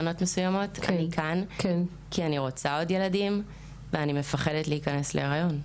אני כאן כי אני רוצה עוד ילדים ואני מפחדת להיכנס להיריון.